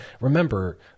remember